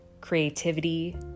creativity